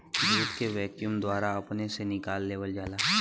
दूध के वैक्यूम द्वारा अपने से निकाल लेवल जाला